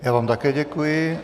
Já vám také děkuji.